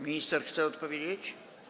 Minister chce odpowiedzieć?